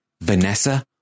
Vanessa